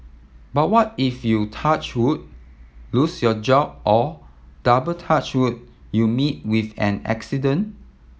but what if you touch wood lose your job or double touch wood you meet with an accident